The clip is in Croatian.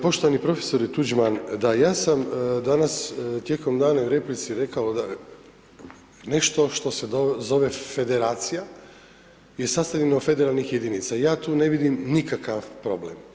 poštovani prof. Tuđman, da ja sam danas tijekom dana u replici rekao da nešto što se zove federacija je sastavljeno od federalnih jedinica i ja tu ne vidim nikakav problem.